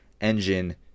engine